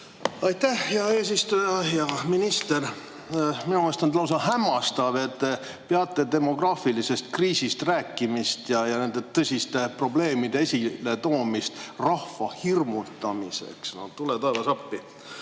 Aitäh, hea eesistuja! Hea minister! Minu meelest on lausa hämmastav, et te peate demograafilisest kriisist rääkimist ja nende tõsiste probleemide esiletoomist rahva hirmutamiseks. No tule taevas appi!